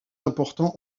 important